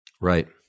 Right